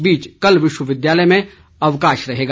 इस बीच कल विश्वविद्यालय में अवकाश रहेगा